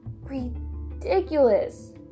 ridiculous